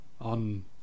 on